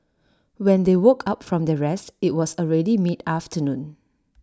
when they woke up from their rest IT was already mid afternoon